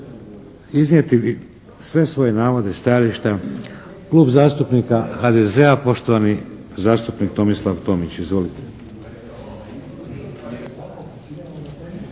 iznijeti sve svoje navode, stajališta. Klub zastupnika HDZ-a poštovani zastupnik Tomislav Tomić. Izvolite!